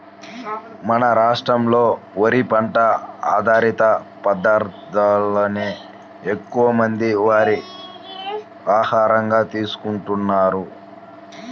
మన రాష్ట్రంలో వరి పంట ఆధారిత పదార్ధాలనే ఎక్కువమంది వారి ఆహారంగా తీసుకుంటున్నారు